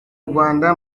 rwanda